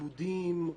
יהודים,